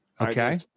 Okay